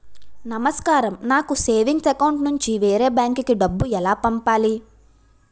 నమస్కారం నాకు savings account నుంచి వేరే బ్యాంక్ కి డబ్బు ఎలా పంపాలి?